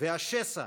והשסע